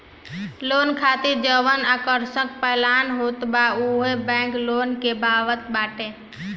loan खातिर जवन आकर्षक प्लान होत बा उहो बैंक लोग के बतावत बाटे